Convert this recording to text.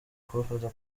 kubafata